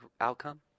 outcome